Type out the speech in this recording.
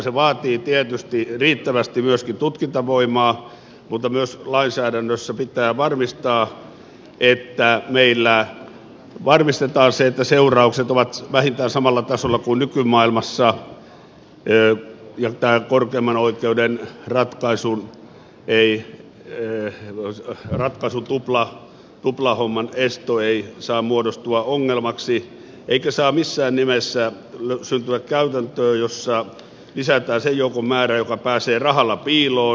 se vaatii tietysti riittävästi myöskin tutkintavoimaa mutta myös lainsäädännössä pitää varmistaa että seuraukset ovat vähintään samalla tasolla kuin nykymaailmassa ja tämä korkeimman oikeuden ratkaisu tuplahomman esto ei saa muodostua ongelmaksi eikä saa missään nimessä syntyä käytäntöä jossa lisätään sen joukon määrää joka pääsee rahalla piiloon